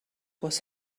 was